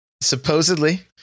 Supposedly